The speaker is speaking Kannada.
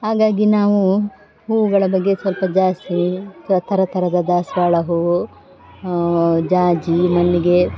ಹಾಗಾಗಿ ನಾವು ಹೂವುಗಳ ಬಗ್ಗೆ ಸ್ವಲ್ಪ ಜಾಸ್ತಿ ಥರದ ದಾಸವಾಳ ಹೂವು ಜಾಜಿ ಮಲ್ಲಿಗೆ